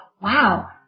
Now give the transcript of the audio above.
wow